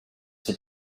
for